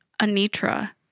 Anitra